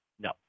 No